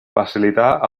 facilitar